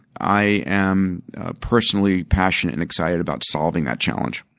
i am personally passionate and excited about solving that challenge.